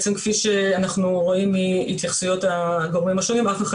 כפי שאנחנו רואים מהתייחסויות הגורמים השונים אף אחד